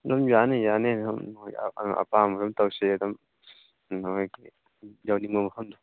ꯑꯗꯨꯝ ꯌꯥꯅꯤ ꯌꯥꯅꯤ ꯍꯣꯏ ꯑꯄꯥꯝꯕꯗꯨ ꯇꯧꯁꯤ ꯑꯗꯨꯝ ꯅꯣꯏꯒꯤ ꯌꯧꯅꯤꯡꯕ ꯃꯐꯝꯗꯨ